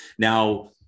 Now